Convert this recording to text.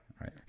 Right